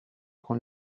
con